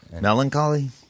Melancholy